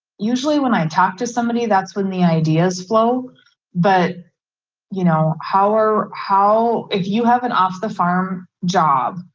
usually when i and talk to somebody that's when the ideas flow but you know how are how if you have an off the farm job,